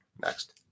next